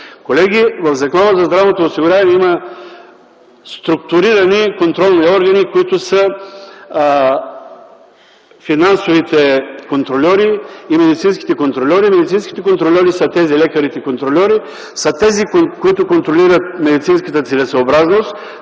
Колеги, в Закона за здравното осигуряване има структурирани контролни органи, които са финансовите контрольори и медицинските контрольори. Медицинските контрольори, лекарите контрольори са тези, които контролират медицинската целесъобразност